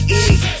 eat